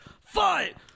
fight